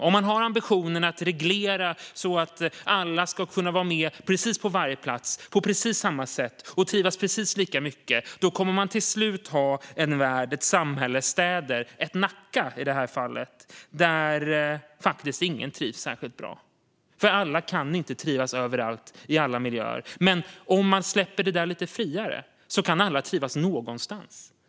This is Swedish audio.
Om man har ambitionen att reglera så att alla ska kunna vara med på precis varje plats, på precis samma sätt och trivas precis lika mycket kommer man till slut att ha en värld, ett samhälle, städer eller ett Nacka, i det här fallet, där ingen trivs särskilt bra. Alla kan inte trivas överallt i alla miljöer, men om man släpper det lite friare kan alla trivas någonstans.